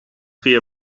via